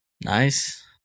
Nice